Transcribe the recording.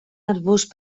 arbust